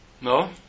No